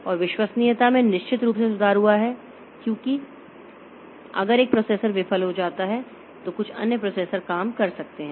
और विश्वसनीयता में निश्चित रूप से सुधार हुआ है क्योंकि अगर एक प्रोसेसर विफल हो जाता है तो कुछ अन्य प्रोसेसर काम कर सकते हैं